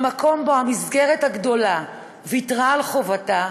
במקום שבו המסגרת הגדולה ויתרה על חובתה,